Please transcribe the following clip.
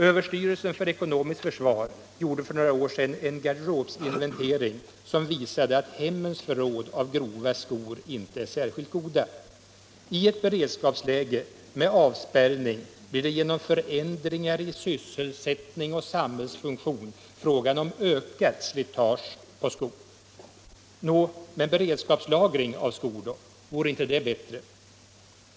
Överstyrelsen för ekonomiskt försvar gjorde för några år sedan en gar derobsinventering, som visade att hemmens förråd av grova skor inte är särskilt goda. I ett beredskapsläge med avspärrning blir det genom förändringar i sysselsättning och samhällsfunktion fråga om ökat slitage på skor. Nå, men beredskapslagring av skor då, vore inte det bättre?